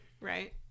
Right